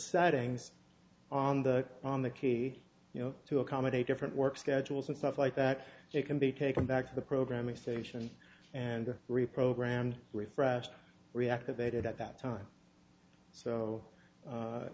settings on the on the key you know to accommodate different work schedules and stuff like that they can be taken back to the programming station and reprogrammed refresh reactivated at that time so